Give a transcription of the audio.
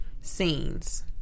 scenes